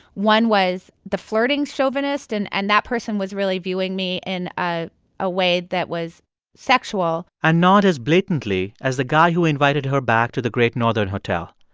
one was the flirting chauvinist, and and that person was really viewing me in a ah way that was sexual and not as blatantly as the guy who invited her back to the great northern hotel.